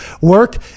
work